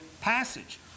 passage